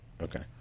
Okay